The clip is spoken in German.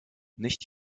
nicht